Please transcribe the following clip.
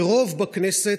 כרוב בכנסת,